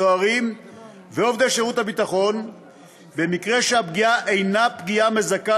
סוהרים ועובדי שירותי הביטחון במקרה שהפגיעה אינה פגיעה מזכה